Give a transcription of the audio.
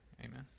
Amen